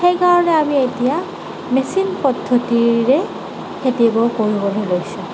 সেইকাৰণে আমি এতিয়া মেচিন পদ্ধতিৰে খেতিবোৰ কৰিবলৈ লৈছোঁ